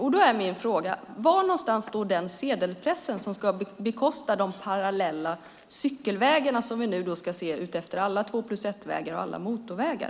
Därför är min fråga: Var finns den sedelpress som ska bekosta de parallella cykelvägar som vi ska se utefter alla två-plus-ett-vägar och alla motorvägar?